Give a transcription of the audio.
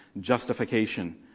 justification